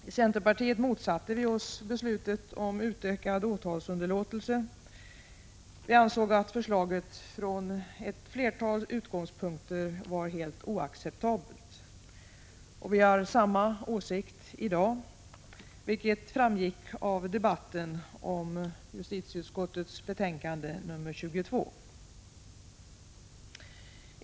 Vi i centerpartiet motsatte oss beslutet om utökad åtalsunderlåtelse. Vi ansåg nämligen att förslaget från ett flertal utgångspunkter var helt oacceptabelt. Vi har samma åsikt i dag — det framkom i debatten om justitieutskottets betänkande nr 22.